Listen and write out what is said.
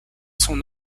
son